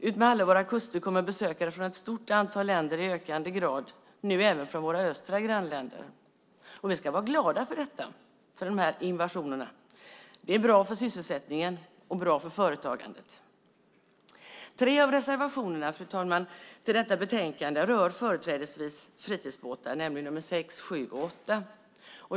Utmed alla våra kuster kommer besökare från ett stort antal länder i ökande grad, nu även från våra östra grannländer. Vi ska vara glada för de här invasionerna. Det är bra för sysselsättningen och bra för företagandet. Fru talman! Tre av reservationerna till detta betänkande rör företrädesvis fritidsbåtar, nämligen nr 6, 7 och 8.